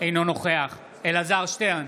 אינו נוכח אלעזר שטרן,